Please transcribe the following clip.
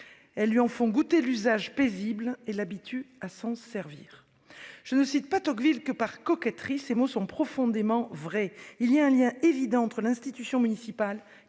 elles lui en font goûter l'usage paisible et l'habituent à s'en servir. » Je ne cite pas Tocqueville par coquetterie. Ses mots sont profondément vrais : il y a un lien évident entre l'institution municipale